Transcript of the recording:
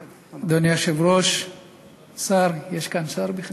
יש, יש,